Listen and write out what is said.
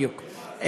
בדיוק.